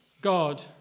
God